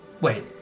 Wait